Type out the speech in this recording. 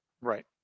Right